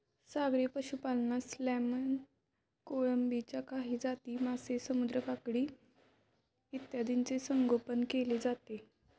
सागरी पशुपालनात सॅल्मन, कोळंबीच्या काही जाती, मासे, समुद्री काकडी इत्यादींचे संगोपन केले जाते